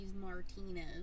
martinez